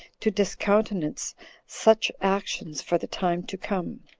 to discountenance such actions for the time to come.